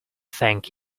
thank